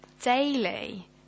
Daily